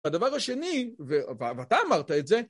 הדבר השני, ואתה אמרת את זה..